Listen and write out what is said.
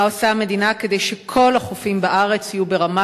מה עושה המדינה כדי שכל החופים בארץ יהיו ברמה